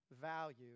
value